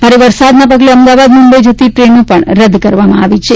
ભારે વરસાદના પગલે અમદાવાદ મુંબઈ જતી ટ્રેનો રદ કરવામાં આવી છે